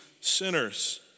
sinners